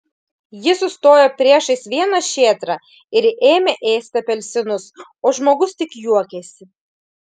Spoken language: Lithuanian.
jis sustojo priešais vieną šėtrą ir ėmė ėsti apelsinus o žmogus tik juokėsi